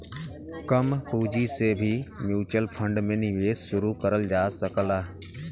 कम पूंजी से भी म्यूच्यूअल फण्ड में निवेश शुरू करल जा सकला